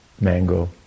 mango